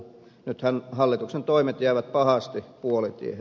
nythän hallituksen toimet jäävät pahasti puolitiehen